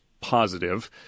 positive